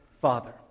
Father